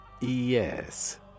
Yes